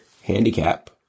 handicap